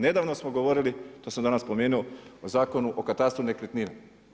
Nedavno smo govorili, to sam danas spomenuo, o Zakonu o katastru nekretnina.